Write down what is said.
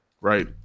right